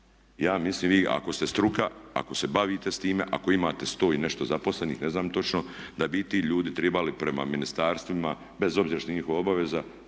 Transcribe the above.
Ja mislim vi, ako ste struka, ako se bavite s time, ako imate 100 i nešto zaposlenih ne znam točno, da bi i ti ljudi trebali prema ministarstvima bez obzira što je njihova obaveza